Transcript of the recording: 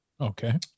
Okay